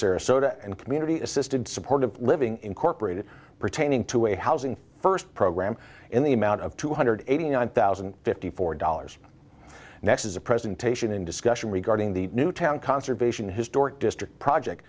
sarasota and community assisted support of living incorporated pertaining to a housing first program in the amount of two hundred eighty nine thousand and fifty four dollars next as a presentation and discussion regarding the newtown conservation historic district project